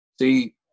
See